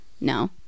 No